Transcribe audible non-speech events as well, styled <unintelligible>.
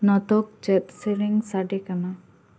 ᱱᱚᱛᱚᱜ <unintelligible> ᱪᱮᱫ ᱥᱮᱨᱮᱧ ᱥᱟᱰᱮ ᱠᱟᱱᱟ